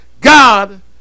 God